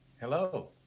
Hello